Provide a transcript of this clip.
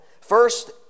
First